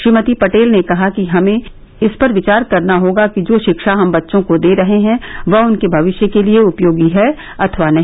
श्रीमती पटेल ने कहा कि हमें इस पर विचार करना होगा कि जो रिक्षा हम बच्चों को दे रहे हैं वह उनके भविष्य के लिए उपयोगी है अथवा नहीं